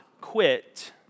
quit